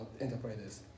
enterprises